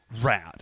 Rad